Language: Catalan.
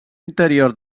interior